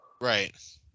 Right